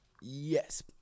Yes